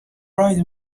right